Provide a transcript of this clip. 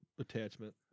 Attachment